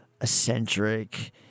eccentric